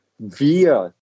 via